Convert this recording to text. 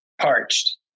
parched